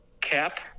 cap